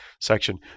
section